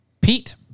Pete